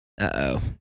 uh-oh